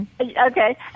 Okay